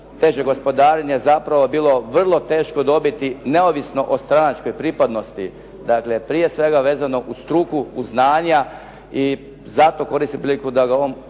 teže gospodarenje zapravo bilo vrlo teško dobiti, neovisno o stranačkoj pripadnosti. Dakle, prije svega vezano uz struku, uz znanja i zato koristim priliku da ga u ovom